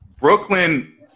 Brooklyn